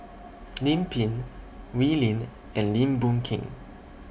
Lim Pin Wee Lin and Lim Boon Keng